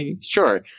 sure